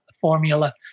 formula